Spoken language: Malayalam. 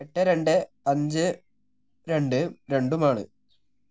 എട്ട് രണ്ട് അഞ്ച് രണ്ട് രണ്ടുമാണ്